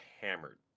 hammered